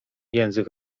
język